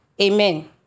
Amen